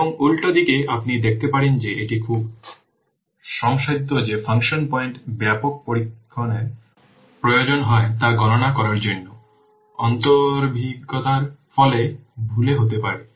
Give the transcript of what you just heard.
এবং উল্টো দিকে আপনি দেখতে পাবেন যে এটি খুব শ্রমসাধ্য যে ফাংশন পয়েন্ট ব্যাপক প্রশিক্ষণের প্রয়োজন হয় তা গণনা করার জন্য অনভিজ্ঞতার ফলে ভুল হতে পারে